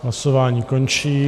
Hlasování končí.